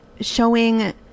showing